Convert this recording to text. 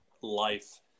life